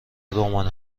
رمان